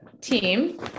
team